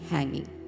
Hanging